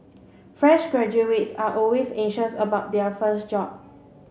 fresh graduates are always anxious about their first job